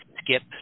skip